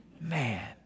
Man